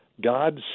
God's